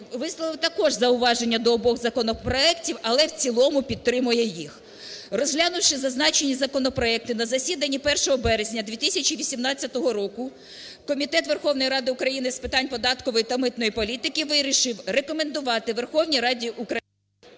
висловив також зауваження до обох законопроектів, але в цілому підтримує їх. Розглянувши зазначені законопроекти на засіданні 1 березня 2018 року, Комітет Верховної Ради України з питань податкової та митної політики вирішив рекомендувати Верховній Раді України…